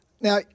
Now